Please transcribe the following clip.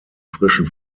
frischen